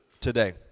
today